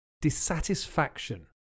dissatisfaction